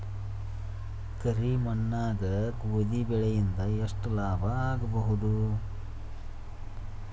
ಕರಿ ಮಣ್ಣಾಗ ಗೋಧಿ ಬೆಳಿ ಇಂದ ಎಷ್ಟ ಲಾಭ ಆಗಬಹುದ?